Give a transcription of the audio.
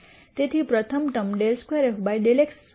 તેથી પ્રથમ term ∂2 f ∂x12 છે